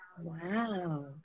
Wow